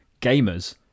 gamers